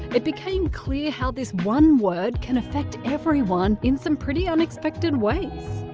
it became clear how this one word can affect everyone in some pretty unexpected ways.